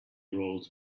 roles